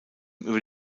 über